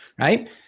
right